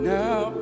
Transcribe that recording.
now